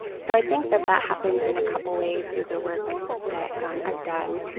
so i think that that happens in a couple ways through the work that i've done.